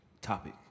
topic